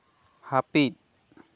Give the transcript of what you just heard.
ᱦᱟᱹᱯᱤᱫ